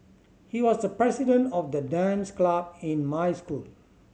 he was the president of the dance club in my school